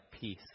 peace